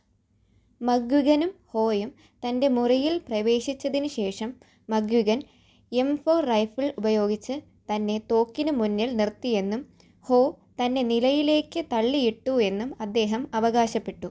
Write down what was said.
മക്ഗ്വിഗനും ഹോയും തൻ്റെ മുറിയിൽ പ്രവേശിച്ചതിന് ശേഷം മക്ഗ്വിഗൻ എം ഫോർ റൈഫിൾ ഉപയോഗിച്ച് തന്നെ തോക്കിന് മുന്നിൽ നിർത്തിയെന്നും ഹോ തന്നെ നിലയിലേക്ക് തള്ളിയിട്ടു എന്നും അദ്ദേഹം അവകാശപ്പെട്ടു